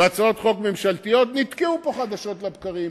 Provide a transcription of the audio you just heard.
והצעות חוק ממשלתיות נתקעו פה חדשות לבקרים.